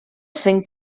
sent